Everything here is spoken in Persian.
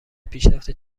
پیشرفت